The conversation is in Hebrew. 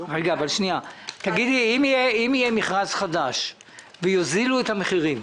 אם יהיה מכרז חדש ויוזילו את המחירים,